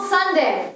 Sunday